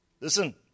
Listen